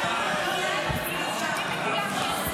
ואתם לא נותנים להם שום יחס.